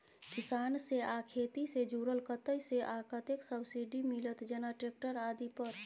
किसान से आ खेती से जुरल कतय से आ कतेक सबसिडी मिलत, जेना ट्रैक्टर आदि पर?